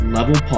Level